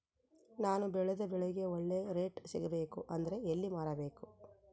ನಾನು ಬೆಳೆದ ಬೆಳೆಗೆ ಒಳ್ಳೆ ರೇಟ್ ಸಿಗಬೇಕು ಅಂದ್ರೆ ಎಲ್ಲಿ ಮಾರಬೇಕು?